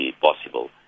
possible